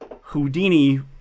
Houdini